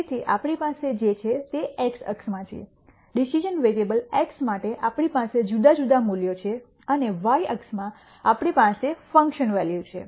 તેથી આપણી પાસે જે છે તે એક્સ અક્ષમાં છે ડિસિશ઼ન વેરીએબલ x માટે આપણી પાસે જુદા જુદા મૂલ્યો છે અને y અક્ષમાં આપણી પાસે ફંકશન વેલ્યુ છે